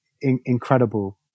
incredible